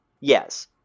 Yes